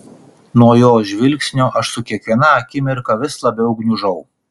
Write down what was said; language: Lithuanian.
nuo jos žvilgsnio aš su kiekviena akimirka vis labiau gniužau